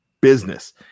business